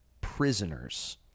prisoners